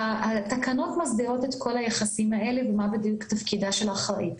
התקנות מסדירות את כל היחסים האלה ומה בדיוק תפקידה של האחראית,